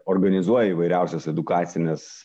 organizuoja įvairiausias edukacines